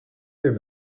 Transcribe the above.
their